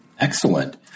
Excellent